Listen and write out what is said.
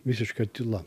visiška tyla